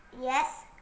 Yes